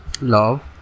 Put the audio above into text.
love